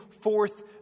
forth